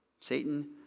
Satan